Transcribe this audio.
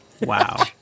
Wow